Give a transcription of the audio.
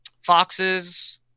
foxes